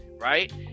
Right